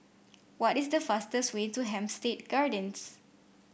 what is the fastest way to Hampstead Gardens